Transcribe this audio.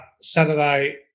Saturday